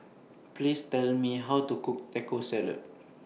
Please Tell Me How to Cook Taco Salad